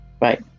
right